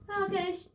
Okay